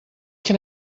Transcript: can